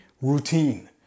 routine